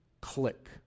click